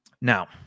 Now